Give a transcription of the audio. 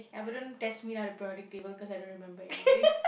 ya but don't test me lah the periodic table cause I don't remember anything